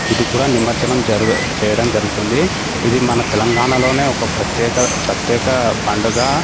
ఇది కూడా నిమజ్జనం జరుగ చేయడం జరుగుతుంది ఇది మన తెలంగాణలోనే ఒక ప్రత్యేక ప్రత్యేక పండుగ